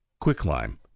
quicklime